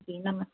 जी नमस्ते